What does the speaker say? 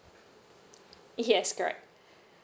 yes correct